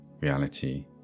Reality